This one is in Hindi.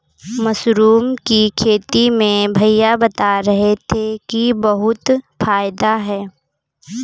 मशरूम की खेती में भैया बता रहे थे कि बहुत फायदा है